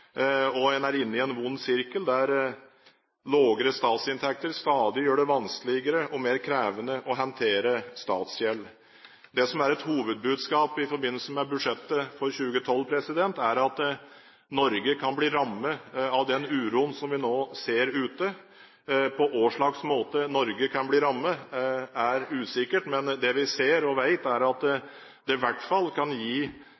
og man er inne i en ond sirkel der lavere statsinntekter stadig gjør det vanskeligere og mer krevende å håndtere statsgjeld. Det som er et hovedbudskap i forbindelse med budsjettet for 2012, er at Norge kan bli rammet av den uroen som vi nå ser ute. På hvilken måte Norge kan bli rammet, er usikkert, men det vi ser og vet er at det i hvert fall kan gi